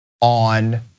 on